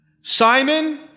Simon